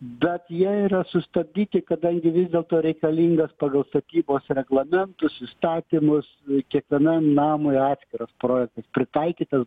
bet jie yra sustabdyti kadangi vis dėlto reikalingas pagal statybos reglamentus įstatymus kiekvienam namui atskiras projektas pritaikytas